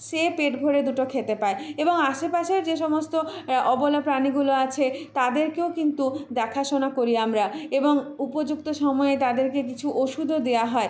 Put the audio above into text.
সে পেট ভরে দুটো খেতে পায় এবং আশেপাশের যে সমস্ত অবলা প্রাণীগুলো আছে তাদেরকেও কিন্তু দেখাশোনা করি আমরা এবং উপযুক্ত সময়ে তাদেরকে কিছু ওষুধও দেওয়া হয়